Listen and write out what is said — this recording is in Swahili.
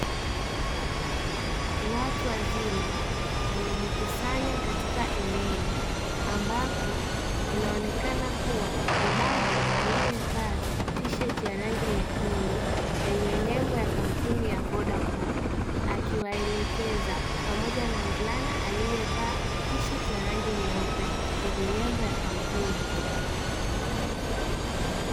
Watu wazima wamejikusanya katika eneo ambapo, inaonekana kuwa mdada aliye vaa tisheti ya rangi nyekundu yenye nembo ya kampuni ya ''Vodacom'' akiwaelekeza, pamoja na kijana aliyevaa tisheti ya rangi nyeupe yenye nembo ya kampuni ya ''Vodacom''.